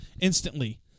instantly